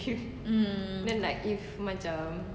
mm